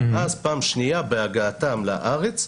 ואז פעם שנייה בהגעתם לארץ,